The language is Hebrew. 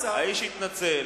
הוא יכול להתנצל,